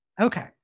Okay